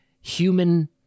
human